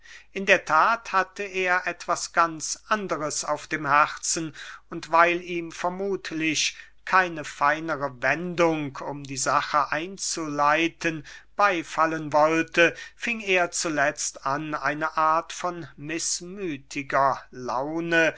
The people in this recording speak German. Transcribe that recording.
in der that hatte er etwas ganz anderes auf dem herzen und weil ihm vermuthlich keine feinere wendung um die sache einzuleiten beyfallen wollte fing er zuletzt an eine art von mißmüthiger laune